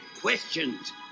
questions